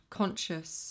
conscious